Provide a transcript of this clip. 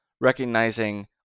recognizing